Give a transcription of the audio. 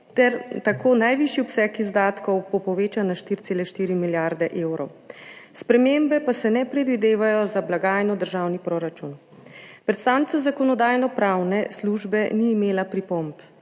se bo najvišji obseg izdatkov povečal na 4,4 milijarde evrov. Spremembe pa se ne predvidevajo za blagajno državni proračun. Predstavnica Zakonodajno-pravne službe ni imela pripomb.